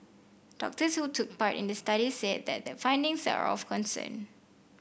doctors who took part in the study said that the findings are of concern